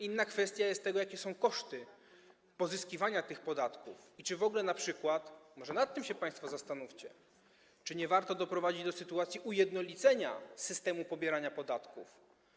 Inną kwestią jest kwestia tego, jakie są koszty pozyskiwania tych podatków i czy w ogóle np. - może nad tym się państwo zastanówcie - nie byłoby warto doprowadzić do ujednolicenia systemu pobierania podatków.